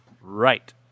Right